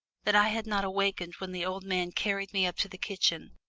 that i had not awakened when the old man carried me up to the kitchen,